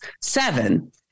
seven